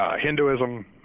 Hinduism